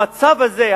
המצב הזה,